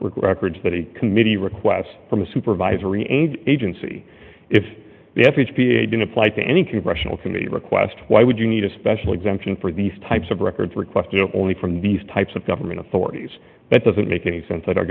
records records that a committee requests from a supervisory an agency if the average v a didn't apply to any congressional committee request why would you need a special exemption for these types of records request or only from these types of government authorities that doesn't make any sense that are